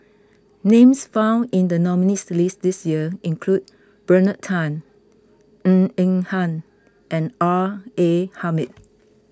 names found in the nominees' list this year include Bernard Tan Ng Eng Hen and R A Hamid